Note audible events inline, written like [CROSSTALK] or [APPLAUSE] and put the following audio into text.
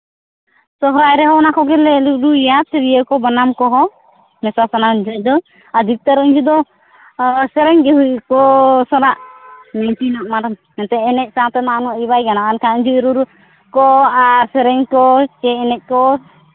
ᱥᱚᱨᱦᱟᱭ ᱨᱮᱦᱚᱸ ᱚᱱᱟ ᱠᱚᱜᱮᱞᱮ ᱨᱩᱭᱟ ᱛᱤᱨᱭᱟᱹ ᱠᱚ ᱵᱟᱱᱟᱢ ᱠᱚᱦᱚᱸ ᱢᱮᱥᱟ ᱥᱟᱱᱟᱢ ᱫᱚ ᱟᱨ [UNINTELLIGIBLE] ᱫᱚ ᱥᱮᱨᱮᱧ ᱜᱮ ᱦᱩᱭ ᱠᱚ ᱥᱟᱞᱟᱜ ᱛᱤᱱᱟᱹᱜ ᱢᱟᱨᱟᱝ ᱮᱱᱛᱮᱜ ᱮᱱᱮᱡ ᱥᱟᱶ ᱛᱮᱢᱟ ᱩᱱᱟᱹᱜ ᱤᱭᱟᱹ ᱵᱟᱭ ᱜᱟᱱᱚᱜᱼᱟ ᱮᱱᱠᱷᱟᱱ ᱟᱢ ᱡᱚᱫᱤ ᱨᱩᱨᱩ ᱠᱚ ᱟᱨ ᱥᱮᱨᱮᱧ ᱠᱚ ᱪᱮᱫ ᱮᱱᱮᱡ ᱠᱚ